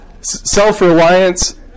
self-reliance